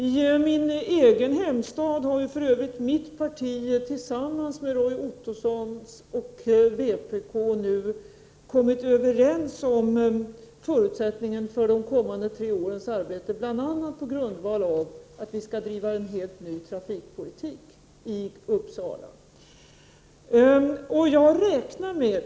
I min egen hemstad har för övrigt mitt parti tillsammans med Roy Ottossons och vpk nu kommit överens om förutsättningen för de kommande tre årens arbete bl.a. på grundval av att vi skall driva en helt ny trafikpolitik i Uppsala.